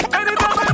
Anytime